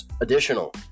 additional